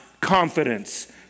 confidence